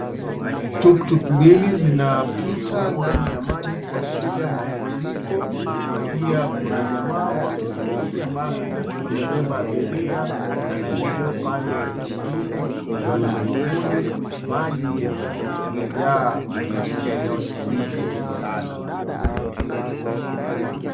TukTuk mbili zinapita ndani ya maji kuashiria mafuriko, na pia kuna jamaa wa pikipiki ambaye amebeba abiria anaelekea upande mwingine akiwa na mwavuli. Maji yamejaa katika eneo hili sana.